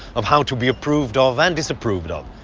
of how to be approved of and disapproved of,